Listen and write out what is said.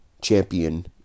champion